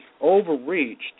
overreached